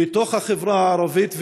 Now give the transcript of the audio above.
בתוך החברה הערבית.